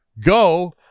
go